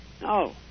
No